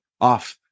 off